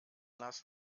last